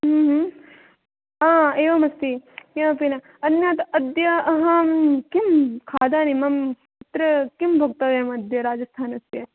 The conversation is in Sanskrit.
एवमस्ति किमपि न अन्यत् अद्य अहं किं खादामि मम तत्र किं भोक्तव्यम् अद्य राजस्थानस्य